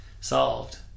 solved